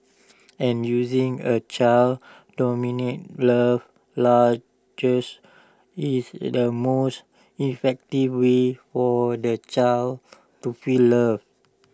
and using A child's dominant love larges is the most effective way for the child to feel loved